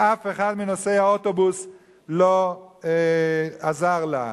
אף אחד מנוסעי האוטובוס לא עזר לה,